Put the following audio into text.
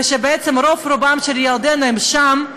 ובעצם רוב-רובם של ילדינו הם שם,